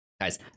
Guys